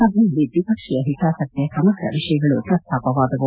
ಸಭೆಯಲ್ಲಿ ದ್ವಿಪಕ್ಷೀಯ ಹಿತಾಸಕ್ತಿಯ ಸಮಗ್ರ ವಿಷಯಗಳು ಪ್ರಸ್ತಾಪವಾದವು